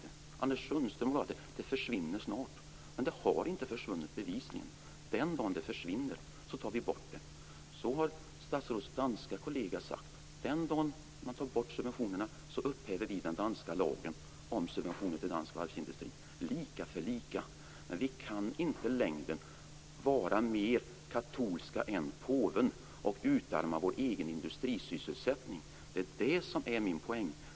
Likaså lovade Anders Sundström att de försvinner snart, men de har bevisligen inte försvunnit. Den dag de försvinner tar vi bort dem, sade statsrådets danska kollega. Den dag man tar bort subventionerna upphäver vi den danska lagen om subventioner till dansk varvsindustri. Lika för lika. Men vi kan inte i längden vara mer katolska än påven och utarma vår egen industrisysselsättning. Det är det som är min poäng.